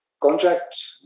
contract